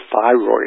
thyroid